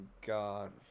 God